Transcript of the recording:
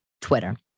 Twitter